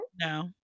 No